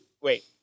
wait